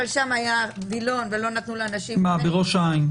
אבל שם היה --- ולא נתנו -- -בראש העין.